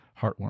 heartwarming